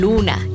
Luna